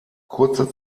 kurze